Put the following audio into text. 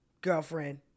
girlfriend